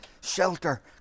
shelter